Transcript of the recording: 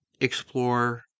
explore